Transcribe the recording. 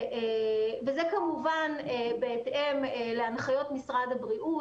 וזה כמובן בהתאם להנחיות משרד הבריאות,